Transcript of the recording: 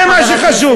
זה מה שחשוב,